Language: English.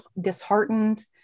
disheartened